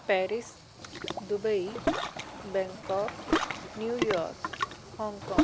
Paris Dubai Bangkok New York Hong Kong